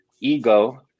Ego